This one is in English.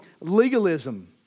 legalism